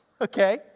okay